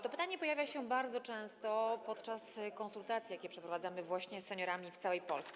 To pytanie pojawia się bardzo często podczas konsultacji, jakie przeprowadzamy z seniorami w całej Polsce.